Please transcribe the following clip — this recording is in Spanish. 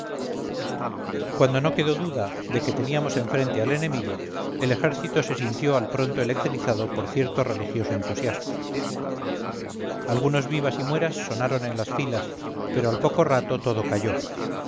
cuando no quedó duda de que teníamos enfrente al enemigo el ejército se sintió al pronto electrizado por cierto religioso entusiasmo algunos vivas y mueras sonaron en las filas pero al poco rato todo calló